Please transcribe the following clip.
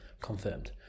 Confirmed